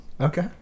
Okay